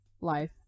life